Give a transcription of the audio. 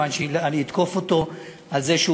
מכיוון שאני אתקוף אותו על זה שהוא